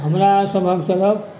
हमरा सभक सभके